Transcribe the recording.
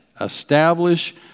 establish